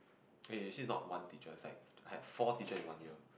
okay you see not one teacher like I had four teacher in one year